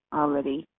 already